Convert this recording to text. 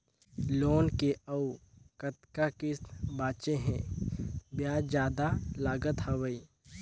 Loan के अउ कतका किस्त बांचें हे? ब्याज जादा लागत हवय,